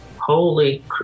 holy